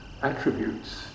attributes